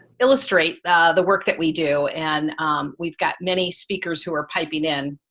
illustrate the work that we do, and we've got many speakers who are piping in.